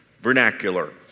vernacular